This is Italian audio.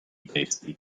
testi